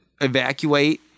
evacuate